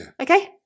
Okay